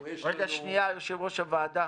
רגע, שנייה, יושב-ראש הוועדה.